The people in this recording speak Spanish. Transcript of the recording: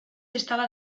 estaba